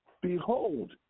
Behold